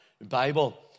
Bible